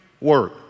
work